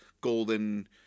golden